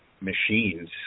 machines